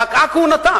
פקעה כהונתם.